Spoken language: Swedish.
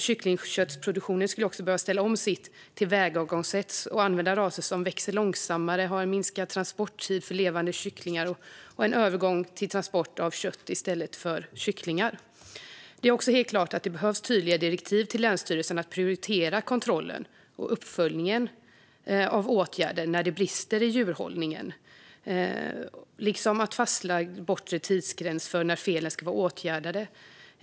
Kycklingköttproduktionen skulle också behöva ställa om sitt tillvägagångssätt och använda raser som växer långsammare, minska transporttiden för levande kycklingar och gå över till transport av kött i stället för kycklingar. Det är också helt klart att det behövs tydliga direktiv till länsstyrelserna om att prioritera kontrollen och uppföljningen av åtgärder när det brister i djurhållningen, liksom en fastlagd bortre tidsgräns för när felen ska vara åtgärdade.